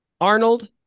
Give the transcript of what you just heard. Arnold